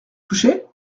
touché